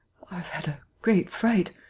i have had a great fright.